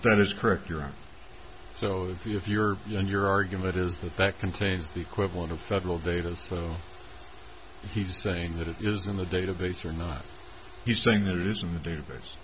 that is correct you're so if you're young your argument is that that contains the equivalent of federal data so he's saying that it is in the database or not he's saying that it is in the database